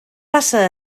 passa